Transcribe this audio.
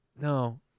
no